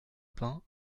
pain